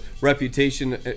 reputation